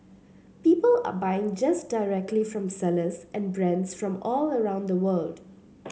people are buying just directly from sellers and brands from all around the world